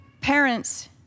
parents